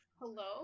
hello